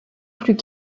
plus